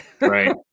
Right